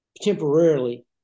temporarily